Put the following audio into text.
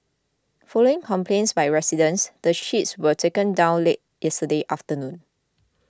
following complaints by residents the sheets were taken down late yesterday afternoon